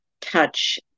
touch